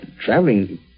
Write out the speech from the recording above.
Traveling